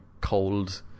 cold